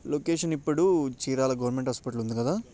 location ఇప్పుడు Chirala government hospital ఉంది కదా